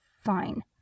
Fine